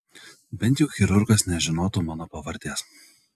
bent jau chirurgas nežinotų mano pavardės